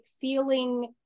feeling